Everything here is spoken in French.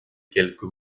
quelques